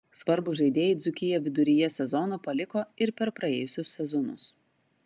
svarbūs žaidėjai dzūkiją viduryje sezono paliko ir per praėjusius sezonus